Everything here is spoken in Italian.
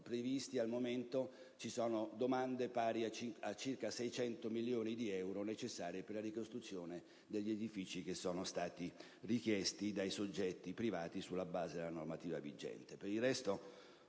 al momento ci sono domande pari a circa 600 milioni di euro, necessari per la ricostruzione degli edifici, così come richiesto dai soggetti privati sulla base della normativa vigente.